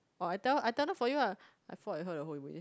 oh I tell I tell them for you ah I fought with her the whole way